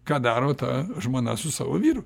ką daro ta žmona su savo vyru